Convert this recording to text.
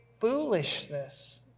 foolishness